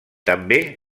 també